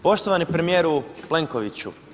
Poštovani premijeru Plenkoviću.